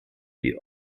die